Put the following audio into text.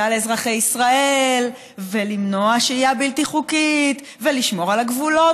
לאזרחי ישראל ולמנוע שהייה בלתי חוקית ולשמור על הגבולות,